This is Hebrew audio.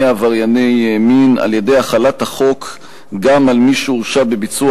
עברייני מין על-ידי החלת החוק גם על מי שהורשע בביצוע